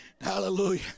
Hallelujah